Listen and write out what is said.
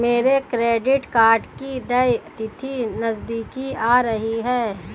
मेरे credit card की देय तिथि नज़दीक आ रही है